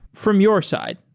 from your side.